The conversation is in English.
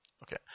Okay